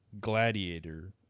Gladiator